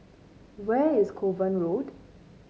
where is Kovan Road